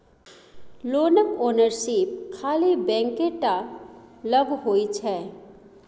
लोनक ओनरशिप खाली बैंके टा लग होइ छै